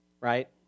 Right